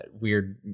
weird